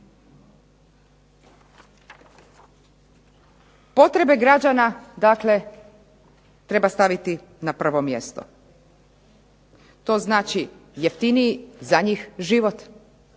Potrebe građana dakle treba staviti na prvo mjesto. To znači jeftiniji za njih život.